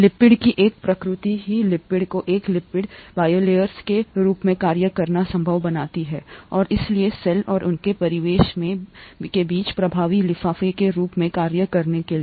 lipid की प्रकृति ही लिपिड के लिए लिपिड bilayers के रूप में कार्य करना संभव बनाती है और इसलिए सेल और उनके परिवेश के बीच प्रभावी लिफाफे के रूप में कार्य करने के लिए